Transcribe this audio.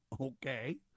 Okay